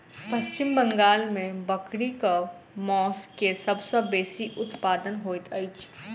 पश्चिम बंगाल में बकरीक मौस के सब सॅ बेसी उत्पादन होइत अछि